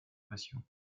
passion